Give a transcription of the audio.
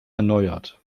erneuert